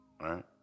right